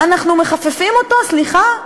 אנחנו מחפפים אותו, סליחה?